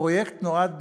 הפרויקט נועד,